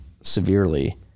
severely